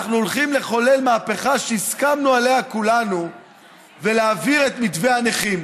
אנחנו הולכים לחולל מהפכה שהסכמנו עליה כולנו ולהעביר את מתווה הנכים,